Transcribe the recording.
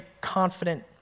confident